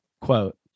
quote